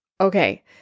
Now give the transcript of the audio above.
Okay